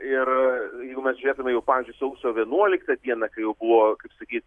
ir jeigu mes žiūrėtume jau pavyzdžiui sausio vienuoliktą dieną kai jau buvo kaip sakyt